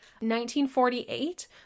1948